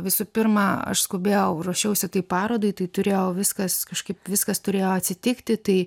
visų pirma aš skubėjau ruošiausi tai parodai tai turėjau viskas kažkaip viskas turėjo atsitikti tai